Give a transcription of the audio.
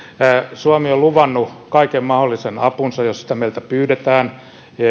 suomi on luvannut kaiken mahdollisen apunsa jos sitä meiltä pyydetään